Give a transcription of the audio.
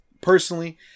personally